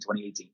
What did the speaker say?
2018